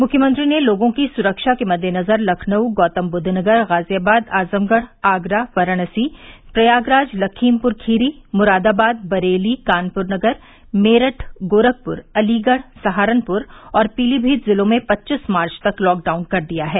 मुख्यमंत्री ने लोगों की सुरक्षा के मद्देनज़र लखनऊ गौतम बुद्व नगर गाजियाबाद आजमगढ़ आगरा वाराणसी प्रयागराज लमीखपुर खीरी मुरादाबाद बरेली कानपुर नगर मेरठ गोरखपुर अलीगढ़ सहारनपुर और पीलीमीत जिलों में पच्चीस मार्च तक लॉक डाउन कर दिया है